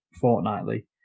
fortnightly